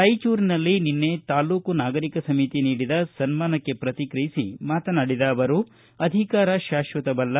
ರಾಯಚೂರಿನಲ್ಲಿ ನಿನ್ನೆ ತಾಲ್ಲೂಕು ನಾಗರಿಕ ಸಮಿತಿ ನೀಡಿದ ಸನ್ಮಾನಕ್ಕೆ ಪ್ರತಿಕ್ರಿಯಿಸಿ ಮಾತನಾಡಿದ ಅವರು ಅಧಿಕಾರ ಶಾಶ್ವತವಲ್ಲ